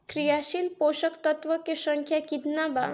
क्रियाशील पोषक तत्व के संख्या कितना बा?